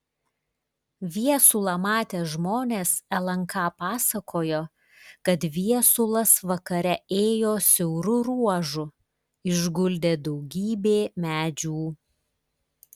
viesulą matę žmonės lnk pasakojo kad viesulas vakare ėjo siauru ruožu išguldė daugybė medžių